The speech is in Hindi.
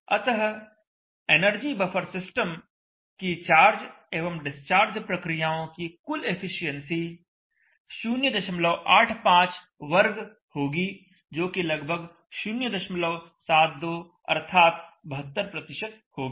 अतः एनर्जी बफर सिस्टम की चार्ज एवं डिस्चार्ज प्रक्रियाओं की कुल एफिशिएंसी 0852 होगी जो कि लगभग 072 अर्थात 72 होगी